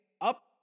up